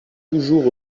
toujours